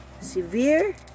severe